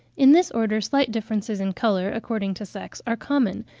in this order slight differences in colour, according to sex, are common,